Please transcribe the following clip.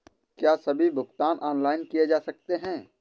क्या सभी भुगतान ऑनलाइन किए जा सकते हैं?